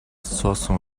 суусан